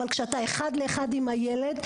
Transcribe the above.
אבל כשאתה אחד לאחד עם הילד,